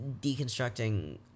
deconstructing